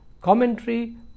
commentary